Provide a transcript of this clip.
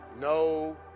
no